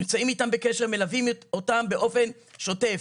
נמצאים איתם בקשר ומלווים אותם באופן שוטף,